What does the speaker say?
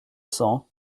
cents